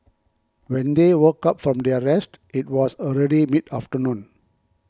when they woke up from their rest it was already mid afternoon